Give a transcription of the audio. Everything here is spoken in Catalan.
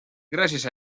gràcies